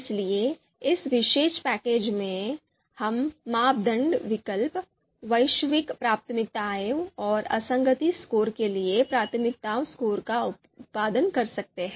इसलिए इस विशेष पैकेज में हम मापदंड विकल्प वैश्विक प्राथमिकताओं और असंगति स्कोर के लिए प्राथमिकता स्कोर का उत्पादन कर सकते हैं